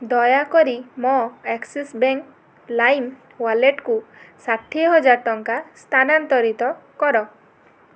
ଦୟାକରି ମୋ Axis bank lime ୱାଲେଟ୍କୁ ଷାଠିଏ ହଜାର ଟଙ୍କା ସ୍ଥାନାନ୍ତରିତ କର